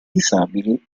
disabili